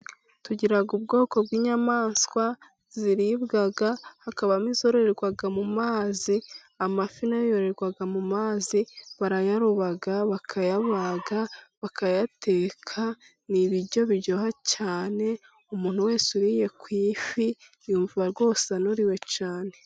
Tugira ubwoko bw'inyamanswa ziribwa, hakaba n'izororerwa mu mazi. Amafi na yo yororerwa mu mazi, barayaroba bakayabaga bakayateka. Ni ibiryo biryoha cyane, umuntu wese uriye ku ifi yumva rwose anuriwe cyane.